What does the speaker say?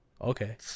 okay